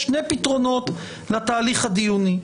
יש שני פתרונות לתהליך הדיוני.